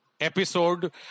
episode